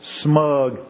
smug